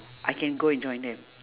I can go and join them